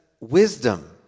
wisdom